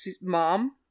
mom